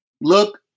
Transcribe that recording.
look